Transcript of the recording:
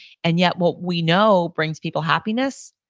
and yet, what we know brings people happiness,